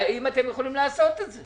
האם אתם יכולים לעשות את זה?